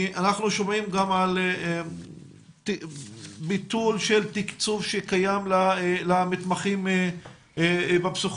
אנחנו שומעים גם על ביטול של תקצוב שקיים למתמחים בפסיכולוגיה.